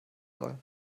soll